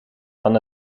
van